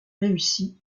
réussit